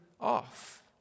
off